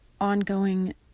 ongoing